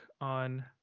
on